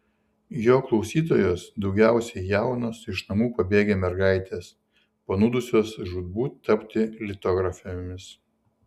jo klausytojos daugiausiai jaunos iš namų pabėgę mergaitės panūdusios žūtbūt tapti litografėmis